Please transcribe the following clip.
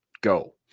go